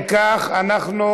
אם כך, אנחנו